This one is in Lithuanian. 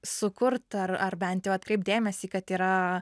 sukurt ar ar bent jau atkreipt dėmesį kad yra